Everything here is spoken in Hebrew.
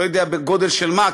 לא יודע בגודל של מה,